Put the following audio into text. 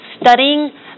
studying